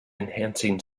enhancing